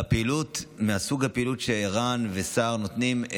בפעילות מסוג הפעילות שסה"ר וער"ן נותנים,